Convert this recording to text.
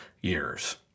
years